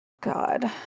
God